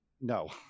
No